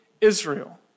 Israel